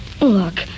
Look